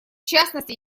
частности